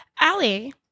Allie